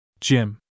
Jim